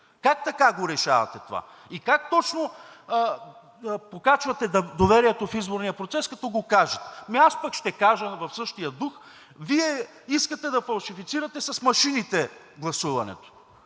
Как така го решавате това? И как точно покачвате доверието в изборния процес, като го кажете? Ами аз пък ще кажа в същия дух: Вие искате да фалшифицирате с машините гласуването.